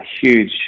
huge